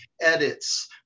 edits